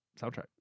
soundtrack